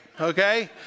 Okay